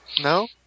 No